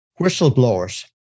whistleblowers